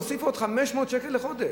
תוסיפו עוד 500 שקל לחודש.